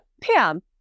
Pam